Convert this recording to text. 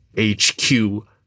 HQ